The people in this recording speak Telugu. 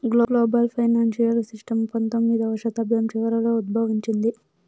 గ్లోబల్ ఫైనాన్సియల్ సిస్టము పంతొమ్మిదవ శతాబ్దం చివరలో ఉద్భవించింది